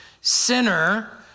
sinner